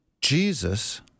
Jesus